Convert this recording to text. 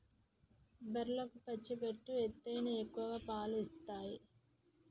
బర్లకు పచ్చి గడ్డి ఎత్తేనే ఎక్కువ పాలు ఇత్తయ్